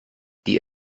die